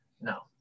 No